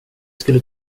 skulle